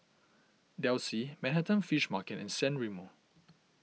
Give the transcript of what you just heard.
Delsey Manhattan Fish Market and San Remo